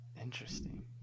interesting